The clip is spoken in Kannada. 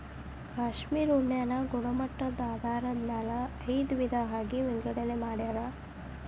ಕಾಶ್ಮೇರ ಉಣ್ಣೆನ ಗುಣಮಟ್ಟದ ಆಧಾರದ ಮ್ಯಾಲ ಐದ ವಿಧಾ ಆಗಿ ವಿಂಗಡನೆ ಮಾಡ್ಯಾರ